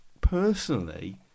Personally